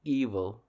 evil